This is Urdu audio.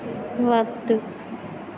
وقت